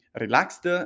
relaxed